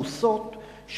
ואני מכיר את הוועדות העמוסות,